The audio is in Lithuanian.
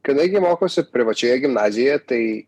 kadangi mokausi privačioje gimnazijoje tai